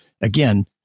Again